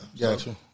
Gotcha